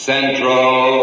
Central